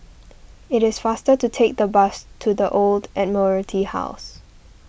it is faster to take the bus to the Old Admiralty House